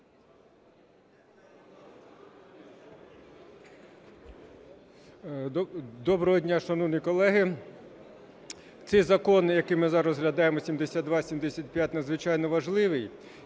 Доброго дня, шановні колеги! Цей закон, який ми зараз розглядаємо, 7275, надзвичайно важливий,